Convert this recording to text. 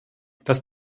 das